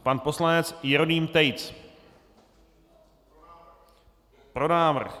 Pan poslanec Jeroným Tejc: Pro návrh.